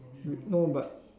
you no but